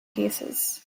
cases